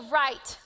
right